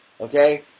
okay